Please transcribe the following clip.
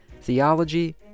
theology